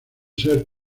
ser